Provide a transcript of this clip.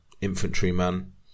infantryman